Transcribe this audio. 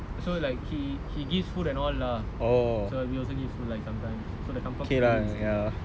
so like he he gives food and all lah so we also give like sometime so the kanmpung spirit is still there